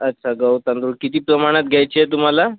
अच्छा गहू तांदूळ किती प्रमाणात घ्यायचे आहे तुम्हाला